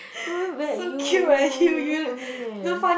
you very bad you what you mean eh